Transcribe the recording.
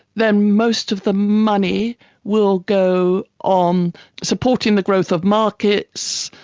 then most of the money will go on supporting the growth of markets,